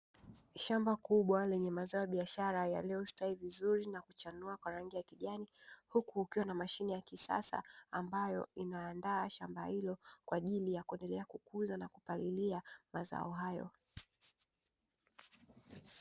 Shamba kubwa lenye mazao ya biashara yaliyostawi vizuri na kuchanua kwa rangi ya kijani, huku kukiwa na mashine ya kisasa ambayo inaandaa shamba hilo, kwa ajili ya kuendelea kukuza na kupalilia mazao hayo.